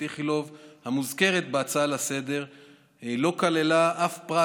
באיכילוב המוזכרת בהצעה לסדר-היום לא כללה אף פרט